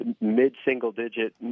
mid-single-digit